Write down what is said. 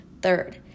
Third